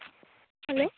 hello